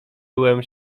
byłem